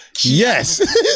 Yes